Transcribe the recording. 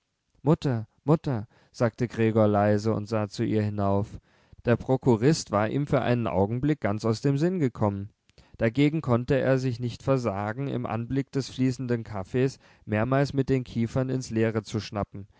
mutter mutter sagte gregor leise und sah zu ihr hinauf der prokurist war ihm für einen augenblick ganz aus dem sinn gekommen dagegen konnte er sich nicht versagen im anblick des fließenden kaffees mehrmals mit den kiefern ins leere zu schnappen